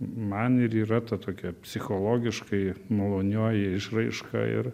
man ir yra ta tokia psichologiškai malonioji išraiška ir